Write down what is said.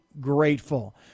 grateful